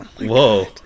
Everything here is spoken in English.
Whoa